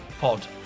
pod